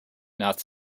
not